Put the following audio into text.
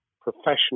professional